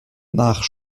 nach